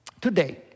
Today